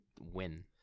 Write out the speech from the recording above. win